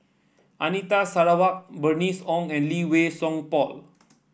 Anita Sarawak Bernice Ong and Lee Wei Song Paul